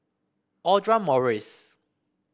Audra Morrice